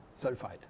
sulfide